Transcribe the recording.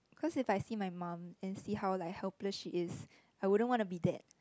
cause if I see my mom and see how like helpless she is I wouldn't want to be that